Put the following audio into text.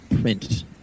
print